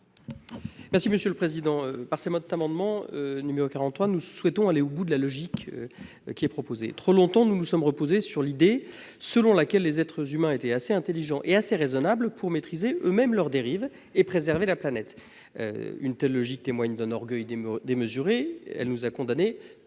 est à M. Jérôme Durain. Avec cet amendement, nous souhaitons aller au bout de la logique proposée. Trop longtemps, nous nous sommes reposés sur l'idée selon laquelle les êtres humains étaient assez intelligents et raisonnables pour maîtriser eux-mêmes leurs dérives et préserver la planète. Une telle logique témoigne d'un orgueil démesuré ; elle nous a condamnés